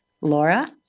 Laura